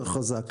יותר חזק,